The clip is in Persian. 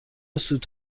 سوت